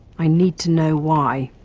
i need to know why.